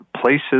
places